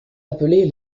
appelés